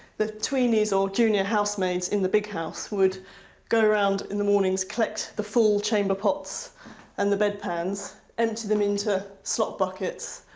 the tweenys or junior housemaids in the big house would go around in the mornings, collect the full chamberpots and the bedpans, empty them in to slop buckets,